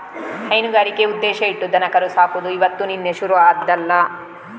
ಹೈನುಗಾರಿಕೆ ಉದ್ದೇಶ ಇಟ್ಟು ದನಕರು ಸಾಕುದು ಇವತ್ತು ನಿನ್ನೆ ಶುರು ಆದ್ದಲ್ಲ